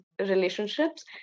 relationships